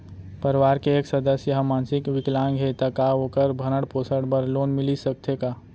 परवार के एक सदस्य हा मानसिक विकलांग हे त का वोकर भरण पोषण बर लोन मिलिस सकथे का?